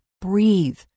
breathe